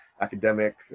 academic